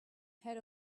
head